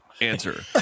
Answer